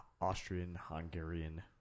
Austrian-Hungarian